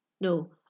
no